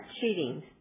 cheating